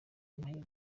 amahirwe